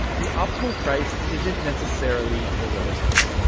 the optimal price isn't necessarily the lowest one.